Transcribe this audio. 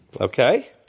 Okay